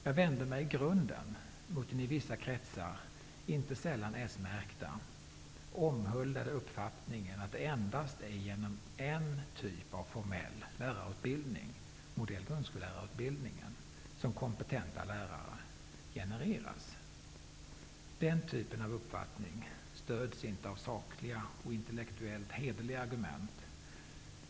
Jag vänder mig i grunden mot den i vissa kretsar, inte sällan s-märkta, omhuldade uppfattningen att det endast är genom en typ av formell lärarutbildning -- modell grundskollärarutbildningen -- som kompetenta lärare genereras. Den typen av uppfattning stöds inte av sakliga och intellektuellt hederliga argument.